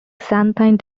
xanthine